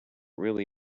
really